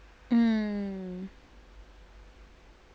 mm